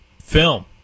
Film